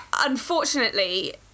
unfortunately